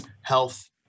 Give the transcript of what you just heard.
health